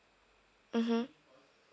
mmhmm